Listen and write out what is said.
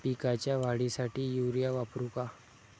पिकाच्या वाढीसाठी युरिया वापरू का?